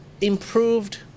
improved